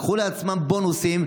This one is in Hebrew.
לקחו לעצמם בונוסים.